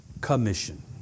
Commission